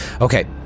Okay